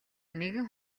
нэгэн